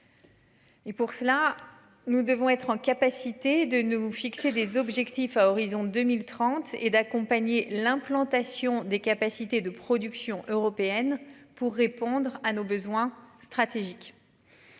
Et pour cela nous devons être en capacité de nous fixer des objectifs à horizon 2030 et d'accompagner l'implantation des capacités de production européenne pour répondre à nos besoins stratégiques.